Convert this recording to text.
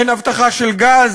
אין הבטחה של גז